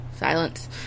Silence